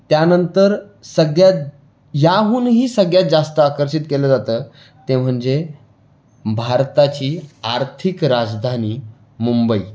त्यानंतर सगळ्यात याहूनही सगळ्यात जास्त आकर्षित केलं जातं ते म्हणजे भारताची आर्थिक राजधानी मुंबई